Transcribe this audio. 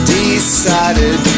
decided